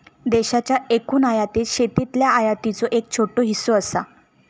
देशाच्या एकूण आयातीत शेतीतल्या आयातीचो एक छोटो हिस्सो असा